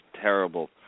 terrible